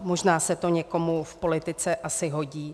Možná se to někomu v politice asi hodí.